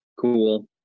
Cool